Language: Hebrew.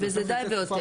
וזה די והותר.